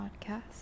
podcast